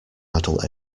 adult